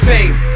Fame